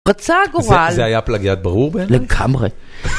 רצה גורל. זה היה פלגיאט ברור באמת? לגמרי.